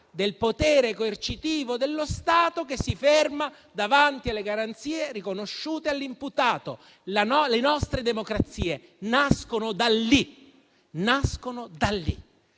il potere coercitivo dello Stato, che si ferma davanti alle garanzie riconosciute all'imputato. Le nostre democrazie nascono da lì.